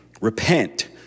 repent